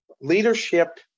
leadership